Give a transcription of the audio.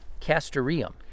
castoreum